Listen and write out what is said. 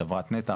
חברת נת"ע,